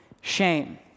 shame